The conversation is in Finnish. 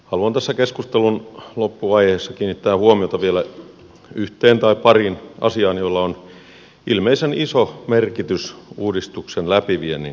haluan tässä keskustelun loppuvaiheessa kiinnittää huomiota vielä pariin asiaan joilla on ilmeisen iso merkitys uudistuksen läpiviennin kannalta